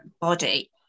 body